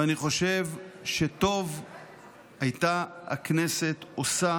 ואני חושב שטוב הייתה הכנסת עושה